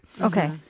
Okay